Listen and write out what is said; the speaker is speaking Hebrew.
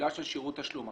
פעולה של שירות תשלום.